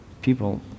people